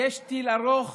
יש טיל ארוך